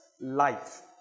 Life